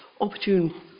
opportune